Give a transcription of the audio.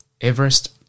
Everest